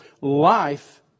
Life